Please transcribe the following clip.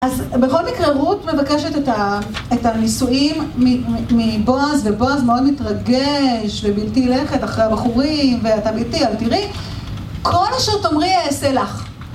אז, בכל מקרה, רות מבקשת את הנישואים מבועז, ובועז מאוד מתרגש, ובלתי לכת אחרי הבחורים, ואתה בלתי, אבל תראי, כל אשר תאמרי אעשה לך.